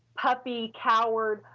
puppy, coward,